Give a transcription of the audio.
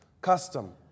custom